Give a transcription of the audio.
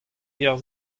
gêr